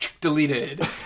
Deleted